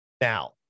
Now